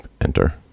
enter